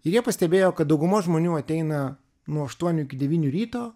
ir jie pastebėjo kad dauguma žmonių ateina nuo aštuonių iki devynių ryto